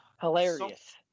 hilarious